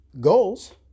goals